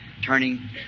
turning